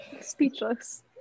Speechless